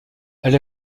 elle